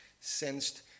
sensed